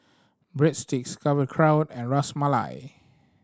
Breadsticks Sauerkraut and Ras Malai